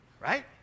Right